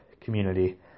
community